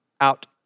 out